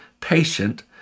patient